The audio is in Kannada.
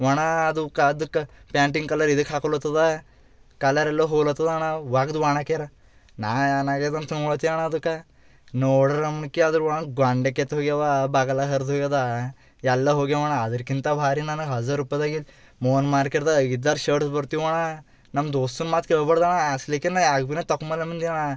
ಅಣ್ಣ ಅದು ಕ ಅದಕ್ಕ ಪ್ಯಾಂಟಿಂಗೆ ಕಲರ್ ಇದಕ್ ಹಾಕುಲೊತ್ತದ ಕಲರ್ ಎಲ್ಲೋ ಹೋಗ್ಲತ್ತದೆ ಅಣ್ಣ ಒಗೆದು ಒಣ ಹಾಕ್ಯಾರೆ ನಾನೇನು ಆಗ್ಯದೆ ಅಂತ ನೋಡ್ತಿನಿ ಅಣ್ಣ ಅದಕ್ಕ ನೋಡಿದ್ರೆ ಗ್ವೊಂಡೆ ಕೆತ್ತಿ ಹೋಗ್ಯವೆ ಬಗಲಾಗೆ ಹರ್ದೋಗ್ಯದೆ ಎಲ್ಲ ಹೋಗ್ಯವ ಅಣ್ಣ ಅದಕ್ಕಿಂತ ಭಾರಿ ನನಗೆ ಹಝಾರ್ ರುಪಾಯ್ದಾಗಿನ ಮೋಹನ್ ಮಾರ್ಕೆಟ್ದಾಗೆ ಐದಾರು ಶರ್ಟು ಬರ್ತಿವು ಅಣ್ಣ ನನ್ನ ದೋಸ್ತ್ನ ಮಾತು ಕೇಳ್ಬಾರ್ದು ಅಣ್ಣ ಅಸ್ಲಿಗೆ ನಾ ಯಾವ್ದ್ ಭಿನೆ ತಕೊಂಬಾನೆ ಮಂದಿನಣ